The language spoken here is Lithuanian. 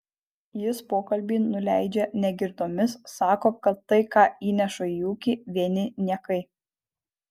jis pokalbį nuleidžia negirdomis sako kad tai ką įnešu į ūkį vieni niekai